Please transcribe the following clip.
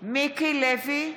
לוי,